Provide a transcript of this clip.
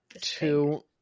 two